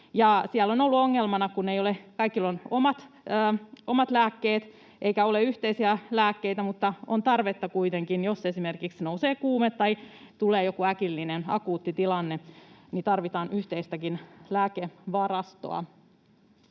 siellä on ollut ongelmana, että kaikilla on omat lääkkeet eikä ole yhteisiä lääkkeitä, vaikka tarvetta on kuitenkin. Jos esimerkiksi nousee kuume tai tulee joku äkillinen akuutti tilanne, niin tarvitaan yhteistäkin lääkevarastoa.